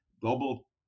global